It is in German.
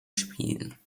spielen